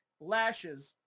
lashes